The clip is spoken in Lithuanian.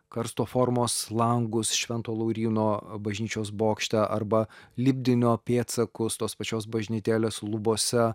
karsto formos langus švento lauryno bažnyčios bokšte arba lipdinio pėdsakus tos pačios bažnytėlės lubose